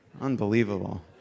Unbelievable